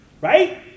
right